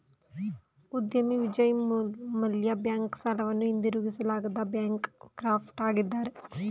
ಉದ್ಯಮಿ ವಿಜಯ್ ಮಲ್ಯ ಬ್ಯಾಂಕ್ ಸಾಲವನ್ನು ಹಿಂದಿರುಗಿಸಲಾಗದೆ ಬ್ಯಾಂಕ್ ಕ್ರಾಫ್ಟ್ ಆಗಿದ್ದಾರೆ